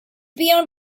beyond